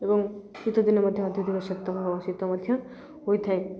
ଏବଂ ଶୀତ ଦିନେ ମଧ୍ୟ ଅଧିକ ଶୀତ ଶୀତ ମଧ୍ୟ ହୋଇଥାଏ